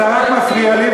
אתה רק מפריע לי,